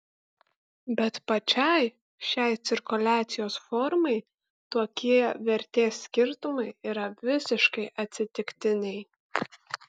bet pačiai šiai cirkuliacijos formai tokie vertės skirtumai yra visiškai atsitiktiniai